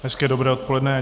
Hezké dobré odpoledne.